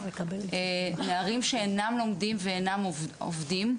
נערים שאינם לומדים ואינם עובדים,